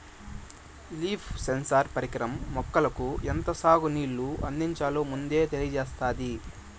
leaf sensor పరికరం మొక్కలకు ఎంత సాగు నీళ్ళు అందించాలో ముందే తెలియచేత్తాది